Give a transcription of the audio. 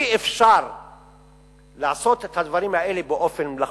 אי-אפשר לעשות את הדברים האלה באופן מלאכותי.